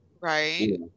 right